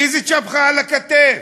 איזו צ'פחה על הכתף.